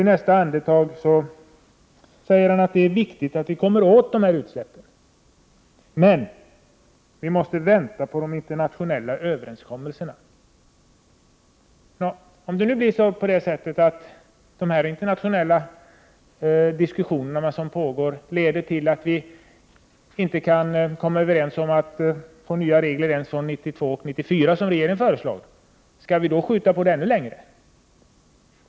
I nästa andetag säger han att det är viktigt att komma åt dessa utsläpp men att vi måste vänta på internationella överenskommelser. Om de internationella diskussioner som pågår leder till att vi inte kan komma överens om att få nya regler ens 1992-1994, som regeringen föreslagit, skall vi då uppskjuta detta med att vidta åtgärder ännu längre?